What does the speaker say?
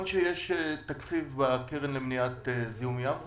שיש תקציב בקרן למניעת זיהום ים,